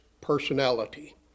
personality